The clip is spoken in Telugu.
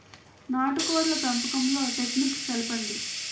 నాటుకోడ్ల పెంపకంలో టెక్నిక్స్ తెలుపండి?